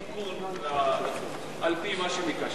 אני יודע שכבר הכניסו תיקון על-פי מה שביקשנו.